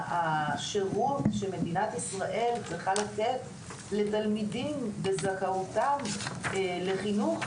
השירות שמדינת ישראל צריכה לתת לתלמידים בזכאותם לחינוך,